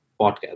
podcast